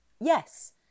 Yes